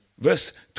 Verse